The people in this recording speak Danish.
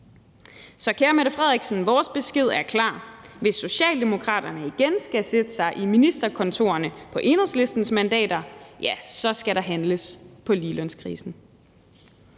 Så kære statsminister, vores besked er klar: Hvis Socialdemokraterne igen skal sætte sig i ministerkontorerne på Enhedslistens mandater, ja, så skal der handles på ligelønskrisen.